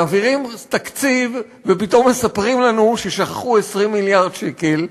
מעבירים תקציב ופתאום מספרים לנו ששכחו 20 מיליארד שקל.